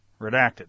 redacted